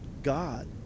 God